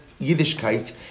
yiddishkeit